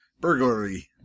Burglary